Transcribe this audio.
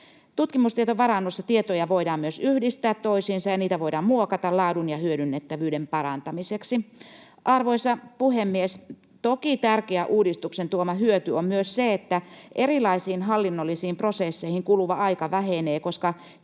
Tutkimustietovarannossa tietoja voidaan myös yhdistää toisiinsa ja niitä voidaan muokata laadun ja hyödynnettävyyden parantamiseksi. Arvoisa puhemies! Toki tärkeä uudistuksen tuoma hyöty on myös se, että erilaisiin hallinnollisiin prosesseihin kuluva aika vähenee, koska tietoja